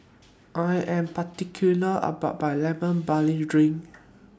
I Am particular about My Lemon Barley Drink